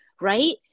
right